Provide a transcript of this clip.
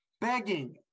Begging